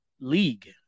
league